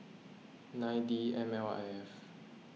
nine D M L I F